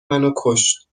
منوکشت